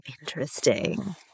interesting